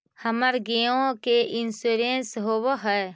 हमर गेयो के इंश्योरेंस होव है?